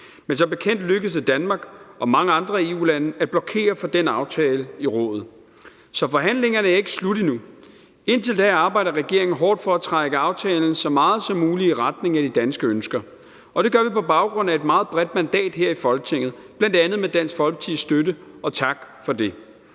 men som bekendt lykkedes det Danmark og mange andre EU-lande at blokere for den aftale i rådet. Så forhandlingerne er ikke slut endnu. Indtil da arbejder regeringen hårdt for at trække aftalen så meget som muligt i retning af de danske ønsker, og det gør vi på baggrund af et meget bredt mandat her i Folketinget, bl.a. med Dansk Folkepartis støtte – og tak for det.